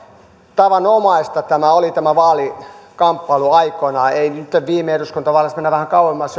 tavanomaista tämä vaalikamppailu oli aikoinaan ei nytten viime eduskuntavaaleissa mennään vähän kauemmas